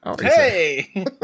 Hey